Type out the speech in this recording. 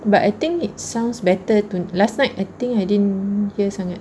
but I think it sounds better to last night I think I didn't hear sangat